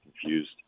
Confused